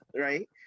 Right